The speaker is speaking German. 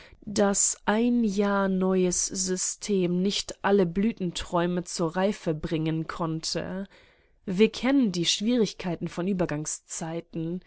daß ein jahr neues system nicht alle blütenträume zur reife bringen konnte wir kennen die schwierigkeiten von übergangszeiten